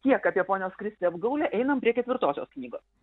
tiek apie ponios kristi apgaulę einam prie ketvirtosios knygos